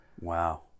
Wow